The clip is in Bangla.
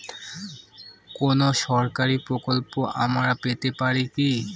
কোন সরকারি প্রকল্প আমরা পেতে পারি কি?